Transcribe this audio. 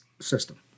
system